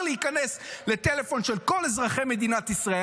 להיכנס לטלפון של כל אזרחי מדינת ישראל,